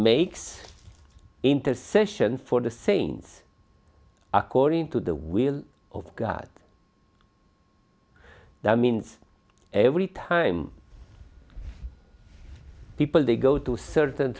makes intercession for the saints according to the will of god that means every time people they go to certain